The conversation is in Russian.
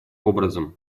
образом